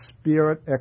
Spirit